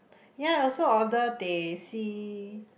yea I also order teh C